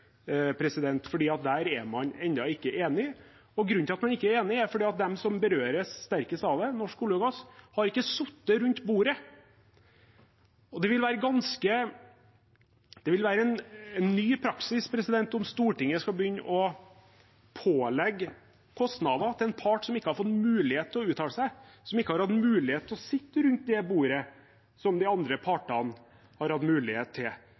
der er man ennå ikke enig, og grunnen til at man ikke er enig, er at de som berøres sterkest av det, Norsk olje og gass, ikke har sittet rundt bordet. Det vil være en ny praksis om Stortinget skal begynne å pålegge kostnader til en part som ikke har fått mulighet til å uttale seg, som ikke har hatt mulighet til å sitte rundt det bordet, slik de andre partene har hatt mulighet til.